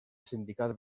sindicat